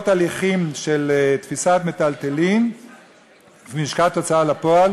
הליכים של תפיסת מיטלטלין מלשכת הוצאה לפועל